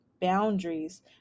boundaries